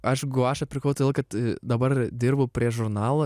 aš guašą pirkau todėl kad dabar dirbu prie žurnalo